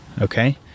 Okay